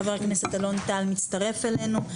חבר הכנסת אלון טל מצטרף אלינו.